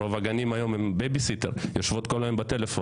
רוב הגנים היום הם בייביסיטר כי הגננות יושבות כל היום בטלפון.